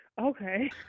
Okay